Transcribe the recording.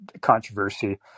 controversy